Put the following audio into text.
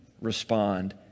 respond